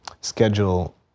schedule